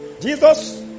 Jesus